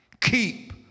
Keep